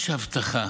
יש הבטחה